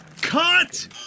Cut